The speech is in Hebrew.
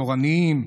תורניים,